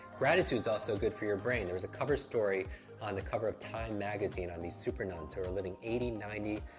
gratitude is also good for your brain. there was a cover story on the cover of time magazine on the super nuns who are living eighty, ninety,